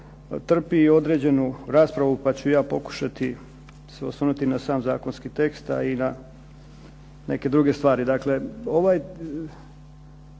trpi i određenu raspravu pa ću ja pokušati se osvrnuti na sam zakonski tekst, a i na neke druge stvari.